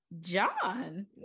John